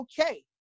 okay